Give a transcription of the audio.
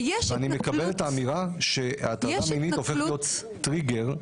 ואני מקבל את האמירה שהטרדה מינית הופכת להיות טריגר להתעמרות.